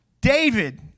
David